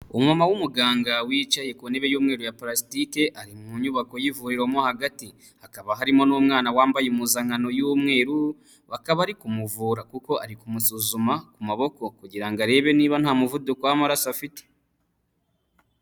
Umumama w'umuganga wicaye ku ntebe y'umweru ya parasitike, ari mu nyubako yivuriro mo hagati, hakaba harimo n'umwana wambaye impuzankano y'umweru, akaba ari kumuvura kuko ari kumusuzuma ku maboko kugira ngo arebe niba nta muvuduko w'amaraso afite.